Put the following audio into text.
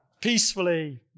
Peacefully